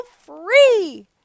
free